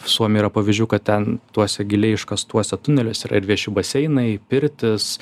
suomijoj yra pavyzdžių kad ten tuose giliai iškastuose tuneliuose yra ir vieši baseinai pirtys